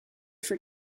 for